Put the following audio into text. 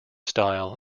style